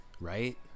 right